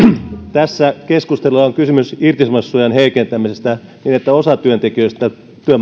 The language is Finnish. tässä keskustelussa on kysymys irtisanomissuojan heikentämisestä niin että osa työntekijöistä työmarkkinoilla joutuu